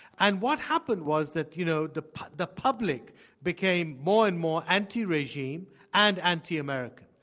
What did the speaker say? and what happened was that you know the the public became more and more anti-regime and anti-american,